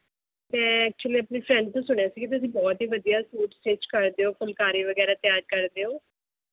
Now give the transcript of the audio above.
ਮੈਂ ਐਕਚੂਅਲੀ ਆਪਣੀ ਫ਼ਰੈਡ ਤੋਂ ਸੁਣਿਆ ਸੀ ਕੀ ਤੁਸੀਂ ਬਹੁਤ ਹੀ ਵਧੀਆ ਸੂਟ ਸਟਿੱਚ ਕਰਦੇ ਹੋ ਫੁਲਕਾਰੀ ਵਗੈਰਾ ਤਿਆਰ ਕਰਦੇ ਓ